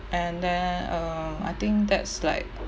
and then uh I think that's like